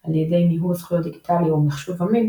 על ידי ניהול זכויות דיגיטלי או מחשוב אמין,